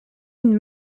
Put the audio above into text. une